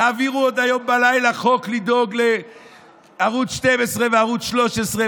תעבירו עוד היום בלילה חוק לדאוג לערוץ 12 ולערוץ 13,